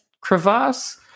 crevasse